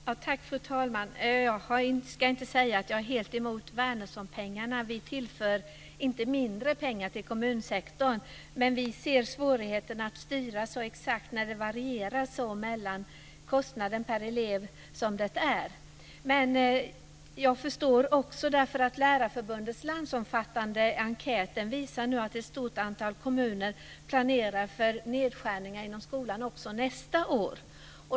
Fru talman! Jag ska inte säga att jag är helt emot Wärnerssonpengarna. Vi vill inte tillföra mindre pengar till kommunsektorn, men vi ser svårigheter att styra så exakt när det varierar så mycket när det gäller kostnaden per elev. Lärarförbundets landsomfattande enkät visar att ett stort antal kommuner planerar för nedskärningar inom skolan också nästa år.